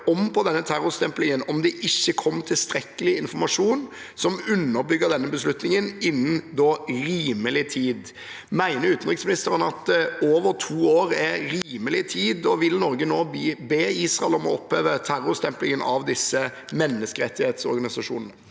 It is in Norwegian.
om på terrorstemplingen om det ikke kom tilstrekkelig informasjon som underbygget beslutningen, innen rimelig tid. Mener utenriksministeren at over to år er rimelig tid, og vil Norge nå be Israel oppheve terrorstemplingen av disse palestinske menneskerettighetsorganisasjonene?»